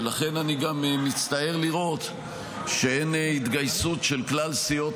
ולכן אני גם מצטער לראות שאין התגייסות של כלל סיעות